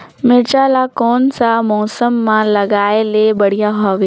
मिरचा ला कोन सा मौसम मां लगाय ले बढ़िया हवे